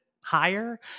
higher